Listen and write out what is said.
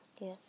Yes